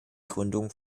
gründung